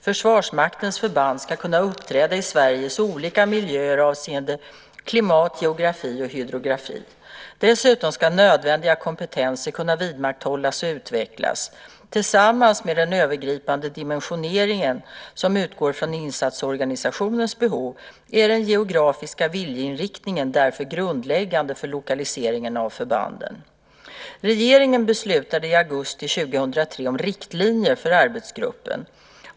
Försvarsmaktens förband ska kunna uppträda i Sveriges olika miljöer avseende klimat, geografi och hydrografi. Dessutom ska nödvändiga kompetenser kunna vidmakthållas och utvecklas. Tillsammans med den övergripande dimensioneringen, som utgår från insatsorganisationens behov, är den geografiska viljeinriktningen därför grundläggande för lokaliseringen av förbanden. Regeringen beslutade i augusti 2003 om riktlinjer för arbetsgruppen.